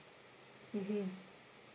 mmhmm